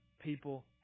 people